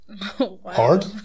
Hard